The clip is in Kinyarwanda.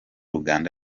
uganda